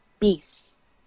peace